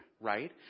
right